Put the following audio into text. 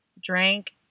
drank